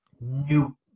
new